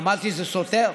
אני אמרתי שזה סותר?